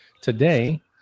today